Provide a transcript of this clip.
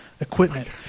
equipment